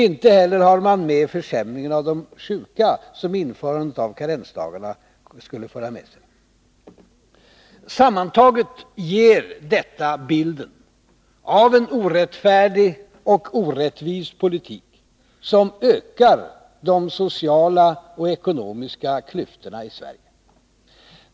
Inte heller har man med försämringen för de sjuka, som införandet av karensdagarna skulle föra med sig. Sammantaget ger detta bilden av en orättfärdig och orättvis politik, som ökar de sociala och ekonomiska klyftorna i Sverige.